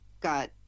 got